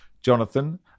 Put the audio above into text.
Jonathan